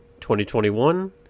2021